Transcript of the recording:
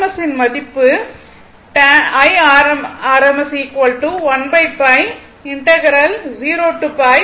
RMS ன் மதிப்பு ஆகும்